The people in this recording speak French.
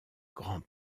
grand